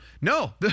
No